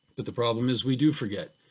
but the problem is, we do forget,